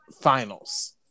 finals